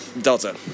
Delta